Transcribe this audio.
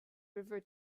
river